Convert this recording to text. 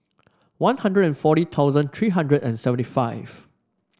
One Hundred and forty thousand three hundred and seventy five